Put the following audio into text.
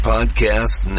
Podcast